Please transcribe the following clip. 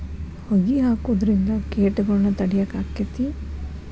ಹೊಗಿ ಹಾಕುದ್ರಿಂದ ಕೇಟಗೊಳ್ನ ತಡಿಯಾಕ ಆಕ್ಕೆತಿ?